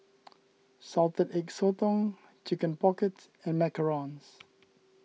Salted Egg Sotong Chicken Pocket and Macarons